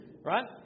Right